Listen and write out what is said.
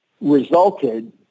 resulted